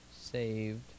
saved